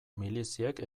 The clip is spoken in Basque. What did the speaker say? miliziek